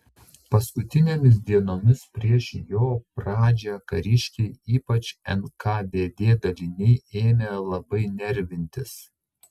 paskutinėmis dienomis prieš jo pradžią kariškiai ypač nkvd daliniai ėmė labai nervintis